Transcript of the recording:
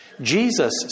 Jesus